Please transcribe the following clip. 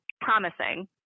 promising